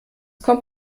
kommt